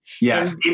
Yes